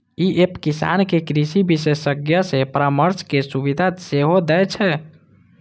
ई app किसान कें कृषि विशेषज्ञ सं परामर्शक सुविधा सेहो दै छै